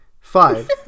Five